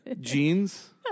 Jeans